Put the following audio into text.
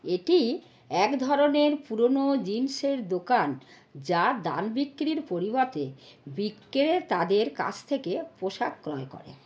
এটি এক ধরনের পুরোনো জিনসের দোকান যা দান বিক্রির পরিবর্তে বিক্রেতাদের কাছ থেকে পোশাক ক্রয় করে